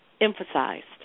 emphasized